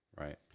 Right